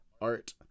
art